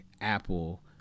apple